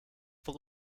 this